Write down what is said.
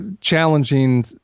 challenging